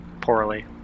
poorly